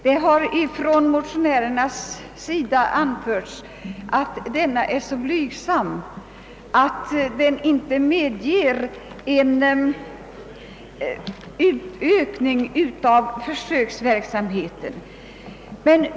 Motionärerna anser att den av Kungl. Maj:t föreslagna uppräkningen av anslaget är så blygsam att den inte medger någon utökning av försöksverksamheten.